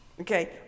Okay